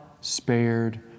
spared